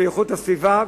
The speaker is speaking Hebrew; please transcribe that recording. של איכות הסביבה,